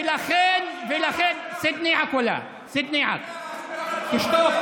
ולכן ------ (אומר בערבית ומתרגם.) תשתוק.